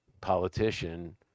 politician